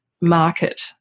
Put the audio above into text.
market